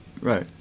right